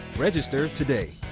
register today.